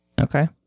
Okay